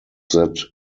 that